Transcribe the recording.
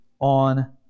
on